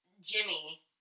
Jimmy